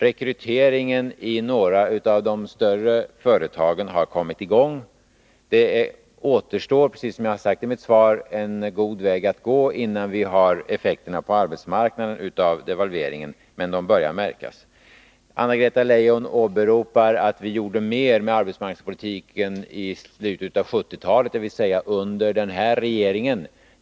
Rekryteringen i några av de större företagen har kommit i gång. Det återstår, precis som jag har sagt i mitt svar, en god väg att gå, innan vi på arbetsmarknaden ser effekterna av devalveringen, men de börjar märkas. Anna-Greta Leijon säger att vi beträffande arbetsmarknadspolitiken gjorde mer i slutet av 1970-talet — dvs. under den här regeringen.